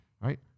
Right